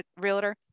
realtor